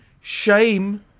shame